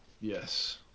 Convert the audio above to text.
Yes